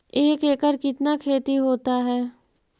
एक एकड़ कितना खेति होता है?